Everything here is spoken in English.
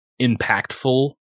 impactful